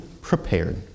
prepared